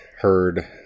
heard